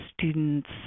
students